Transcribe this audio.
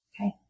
Okay